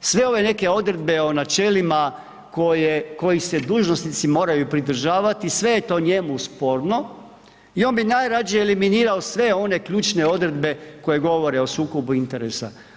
sve ove neke odredbe o načelima koji se dužnosnici moraju pridržavati, sve je to njemu sporno i on bi najrađe eliminirao sve one ključne odredbe koje govore o sukobu interesa.